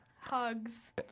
Hugs